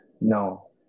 no